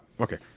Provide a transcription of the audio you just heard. Okay